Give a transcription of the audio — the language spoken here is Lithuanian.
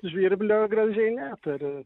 žvirblio gražiai neturiu